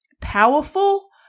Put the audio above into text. powerful